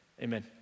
Amen